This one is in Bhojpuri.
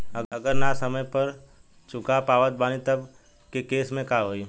अगर ना समय पर चुका पावत बानी तब के केसमे का होई?